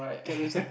Carousell